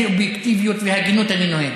תראה איזו אובייקטיביות והגינות אני נוהג.